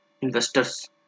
investors